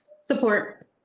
Support